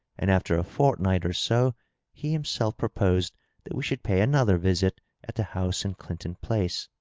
and after a fortnight or so he himself proposed that we should pay another visit at the house in clinton place.